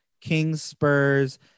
Kings-Spurs